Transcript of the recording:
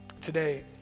today